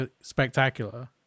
Spectacular